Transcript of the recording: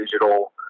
digital